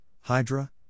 Hydra